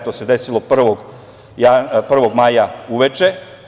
To se desilo 1. maja uveče.